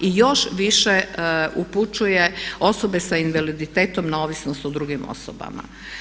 I još više upućuje osobe sa invaliditetom na ovisnost o drugim osobama.